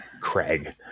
Craig